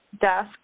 desk